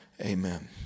Amen